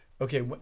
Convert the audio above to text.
okay